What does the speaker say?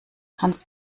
kannst